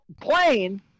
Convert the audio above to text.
plane